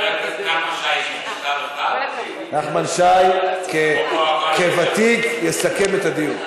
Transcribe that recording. נחמן שי, נחמן שי, כוותיק, יסכם את הדיון.